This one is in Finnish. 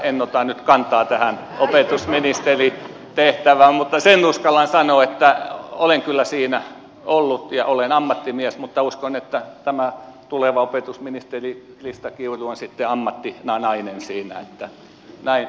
en ota nyt kantaa tähän opetusministeritehtävään mutta sen uskallan sanoa että olen kyllä siinä ollut ja olen ammattimies mutta uskon että tämä tuleva opetusministeri krista kiuru on sitten ammattinainen siinä että näin mennään